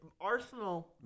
Arsenal